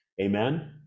amen